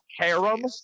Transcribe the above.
harem